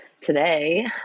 today